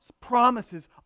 promises